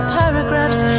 paragraphs